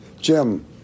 Jim